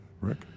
Rick